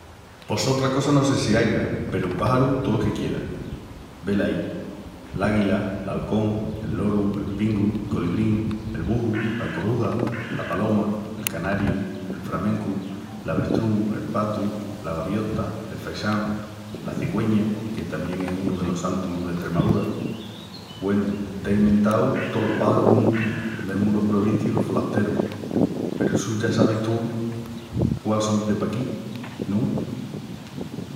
Pos otra cosa, no sé si aiga peru páxarus tolos que quieras. Velaí l'águila, l'alcón, el loru, el pingüinu, el colibrín, el buhu, la coruja la paloma, el canariu, el framencu, l'avetrús, el patu, la gaviota, el faisán, la cigüena, que tamién es unu delos santus d'Estremaúra. Güenu t'ei mentau tolos páxarus juntus, mesmu los provincius i los folasterus peru essu ya sabis tú quál son de paquí, no es?